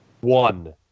one